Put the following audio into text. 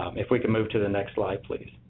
if we could move to the next slide please